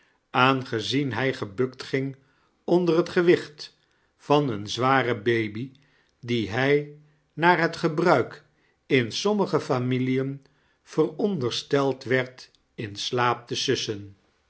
aangezien hg gebukt ging onder het gewicht van een zwaren baby dien hij naar het gebruik in sommige familden verondersteld werd in slaap te sussen